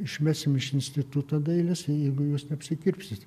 išmesim iš instituto dailės jei jeigu jūs neapsikirpsit